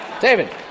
David